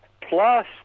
plus